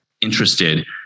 interested